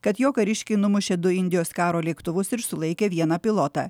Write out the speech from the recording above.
kad jo kariškiai numušė du indijos karo lėktuvus ir sulaikė vieną pilotą